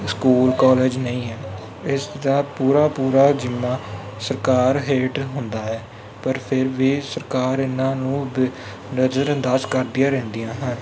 school college ਨਹੀਂ ਹੈ ਇਸ ਦਾ ਪੂਰਾ ਪੂਰਾ ਜ਼ਿੰਮਾ ਸਰਕਾਰ ਹੇਠ ਹੁੰਦਾ ਹੈ ਪਰ ਫੇਰ ਵੀ ਸਰਕਾਰ ਇਹਨਾਂ ਨੂੰ ਦ ਨਜ਼ਰਅੰਦਾਜ਼ ਕਰਦੀਆਂ ਰਹਿੰਦੀਆਂ ਹਨ